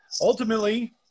ultimately